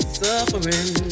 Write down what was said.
suffering